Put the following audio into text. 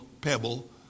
pebble